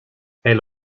elle